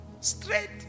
straight